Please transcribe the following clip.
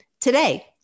Today